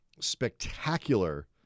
Spectacular